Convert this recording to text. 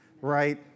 right